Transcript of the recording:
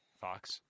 Fox